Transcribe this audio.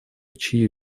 чьи